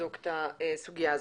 נבדוק את הסוגיה הזאת.